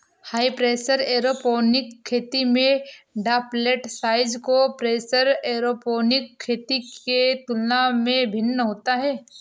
high pressure aeroponic खेती में droplet size low pressure aeroponic खेती के तुलना में भिन्न होता है